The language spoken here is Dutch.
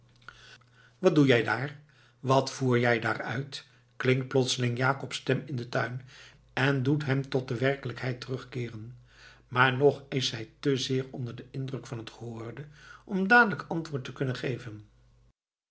wat doe jij daar wat voer je daar uit klinkt plotseling jakobs stem in den tuin en doet hem tot de werkelijkheid terugkeeren maar nog is hij te zeer onder den indruk van het gehoorde om dadelijk antwoord te kunnen geven